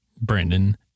Brandon